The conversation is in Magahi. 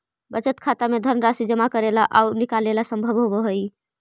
बचत खाता में धनराशि जमा करेला आउ निकालेला संभव होवऽ हइ